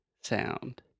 sound